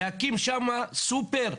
להקים שם סופר,